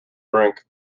drink